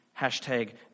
Hashtag